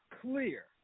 clear